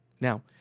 Now